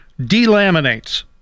delaminates